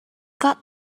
got